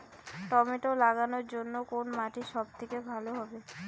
Tomato লাগানোর জন্যে কোন মাটি সব থেকে ভালো হবে?